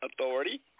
authority